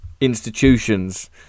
institutions